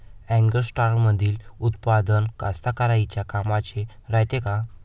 ॲग्रोस्टारमंदील उत्पादन कास्तकाराइच्या कामाचे रायते का?